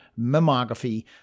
mammography